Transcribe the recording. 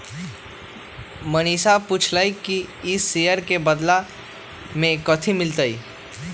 मनीषा पूछलई कि ई शेयर के बदला मे कथी मिलतई